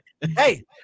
Hey